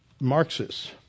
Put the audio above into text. Marxists